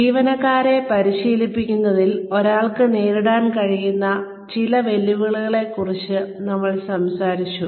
ജീവനക്കാരെ പരിശീലിപ്പിക്കുന്നതിൽ ഒരാൾക്ക് നേരിടാൻ കഴിയുന്ന ചില വെല്ലുവിളികളെക്കുറിച്ച് നമ്മൾ സംസാരിച്ചു